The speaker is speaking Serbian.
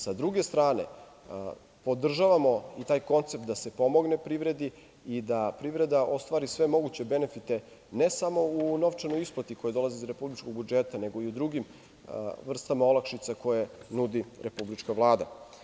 Sa druge strane, podržavamo i taj koncept da se pomogne privredi i da privreda ostvari sve moguće benefite, ne samo u novčanoj isplati koja dolazi iz republičkog budžeta, nego i u drugim vrstama olakšica koje nudi republička vlada.